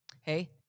hey